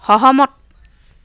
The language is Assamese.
সহমত